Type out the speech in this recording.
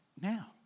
now